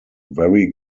very